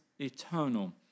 eternal